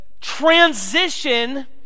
transition